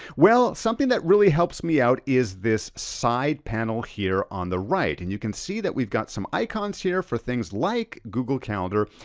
well, something that really helps me out is this side panel here on the right, and you can see that we've got some icons here for things like google calendar,